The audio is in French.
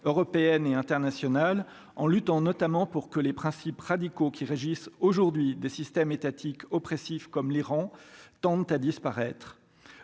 européennes et internationales en luttant notamment pour que les principes radicaux qui régissent aujourd'hui des systèmes étatiques oppressives comme l'Iran, tendent à disparaître,